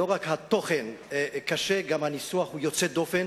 לא רק התוכן קשה, גם הניסוח יוצא דופן.